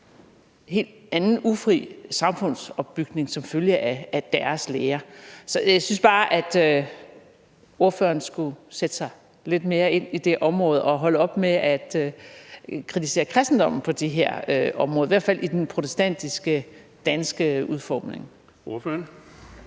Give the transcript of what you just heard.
helt anden ufri samfundsopbygning som en følge af deres lære. Så jeg synes bare, at ordføreren skulle sætte sig lidt mere ind i det område og holde op med at kritisere kristendommen på det her område – i hvert fald i den protestantiske danske udformning. Kl.